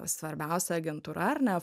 svarbiausia agentūra ar ne